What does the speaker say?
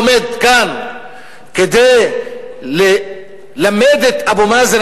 עומד כאן כדי ללמד את אבו מאזן,